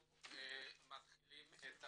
אנחנו מתחילים את הדיון.